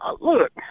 Look